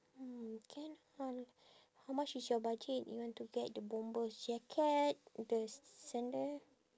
mm can ho~ how much is your budget you want to get the bombers jacket the sandal